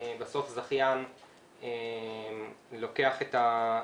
ובחלק הימני אנחנו יכולים לראות את החלקים